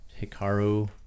Hikaru